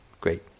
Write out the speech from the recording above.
great